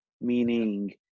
Meaning